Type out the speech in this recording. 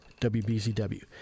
WBZW